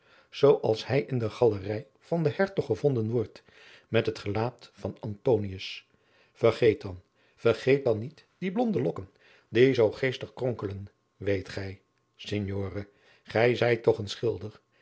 als hij in de galerij van den hertog gevonden wordt met het gelaat van antinous vergeet dan vergeet dan niet die blonde lokken die zoo geestig kronkelen weet gij signore gij zijt toch een